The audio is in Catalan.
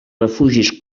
refugis